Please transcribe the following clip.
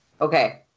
Okay